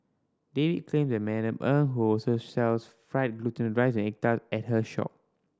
David claims that Madam Eng who also sells fried rice and egg tart at her shop